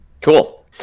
Cool